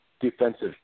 defensive